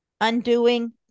undoing